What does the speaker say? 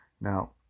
Now